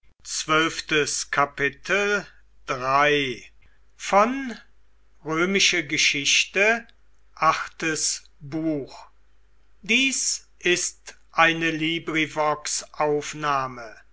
sind ist eine